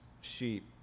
sheep